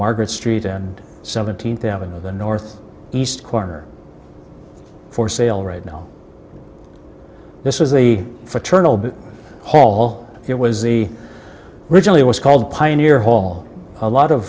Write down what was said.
market street and seventeenth out in the north east corner for sale right now this is a fraternal hall it was the original it was called pioneer hall a lot of